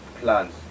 plans